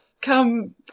Come